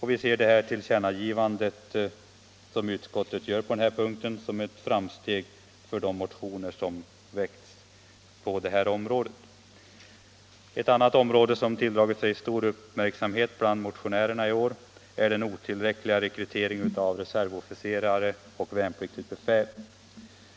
Vi ser tillkännagivandet som Nr 88 utskottet gör på denna punkt som ett framsteg för de motioner som Torsdagen den väckts. 22 maj 1975 Ett annat område som tilldragit sig stor uppmärksamhet bland mo-= I tionärerna i år är den otillräckliga rekryteringen av reservofficerare och Nytt förmånssystem värnpliktigt befäl.